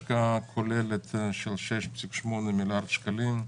השקעה כוללת של 6.8 מיליארד שקלים,